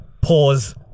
pause